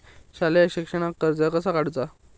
शालेय शिक्षणाक कर्ज कसा काढूचा?